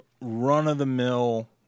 run-of-the-mill